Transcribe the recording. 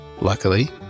Luckily